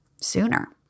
sooner